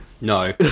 No